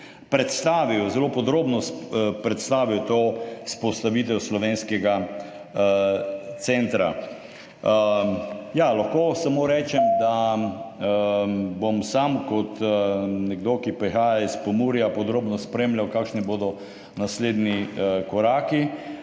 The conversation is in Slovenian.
v Sloveniji, zelo podrobno predstavil to vzpostavitev slovenskega centra. Lahko samo rečem, da bom sam kot nekdo, ki prihaja iz Pomurja, podrobno spremljal, kakšni bodo naslednji koraki.